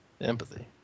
Empathy